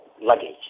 luggage